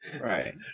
right